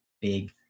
big